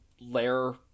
layer